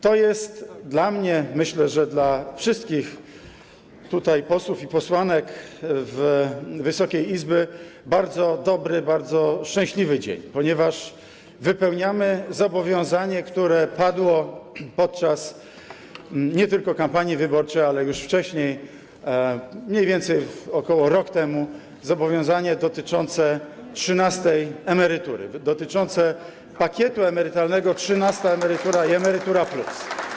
To jest dla mnie - myślę, że dla wszystkich tutaj posłów i posłanek Wysokiej Izby - bardzo dobry, bardzo szczęśliwy dzień, ponieważ wypełniamy zobowiązanie, które padło podczas nie tylko kampanii wyborczej, ale już wcześniej, mniej więcej rok temu, zobowiązanie dotyczące trzynastej emerytury, dotyczące pakietu emerytalnego: trzynasta emerytura i „Emerytura+”